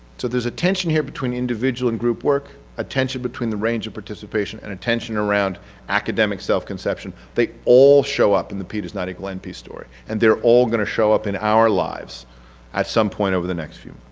there's a tension here between individual and group work, a tension between the range of participation and a tension around academic self-conception, they all show up in the p does not equal np story. and they're all going to show up in our lives at some point over the next months.